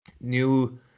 new